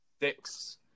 six